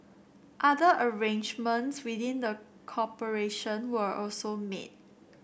other arrangements within the corporation were also made